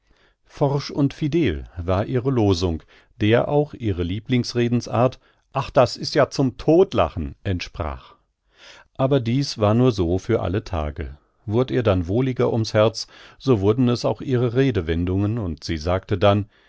forsch und fidel war ihre losung der auch ihre lieblingsredensart ach das ist ja zum todtlachen entsprach aber dies war nur so für alle tage wurd ihr dann wohliger ums herz so wurden es auch ihre redewendungen und sie sagte dann